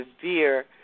severe